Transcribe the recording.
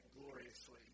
gloriously